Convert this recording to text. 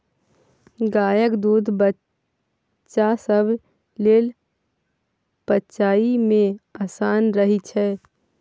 गायक दूध बच्चा सब लेल पचइ मे आसान रहइ छै